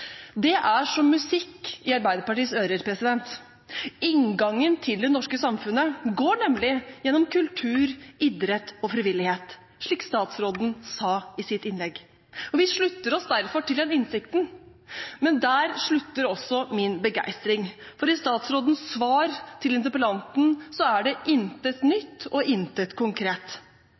Det er som musikk i Arbeiderpartiets ører. Inngangen til det norske samfunnet går nemlig gjennom kultur, idrett og frivillighet, slik statsråden sa i sitt innlegg. Vi slutter oss derfor til denne innsikten. Men der slutter også min begeistring, for i statsrådens svar til interpellanten er det intet nytt og intet konkret.